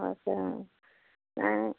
হয় ছাৰ